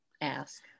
ask